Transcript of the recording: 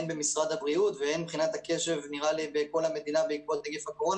הן במשרד הבריאות והן מבחינת הקשב בכל המדינה בעקבות הקורונה.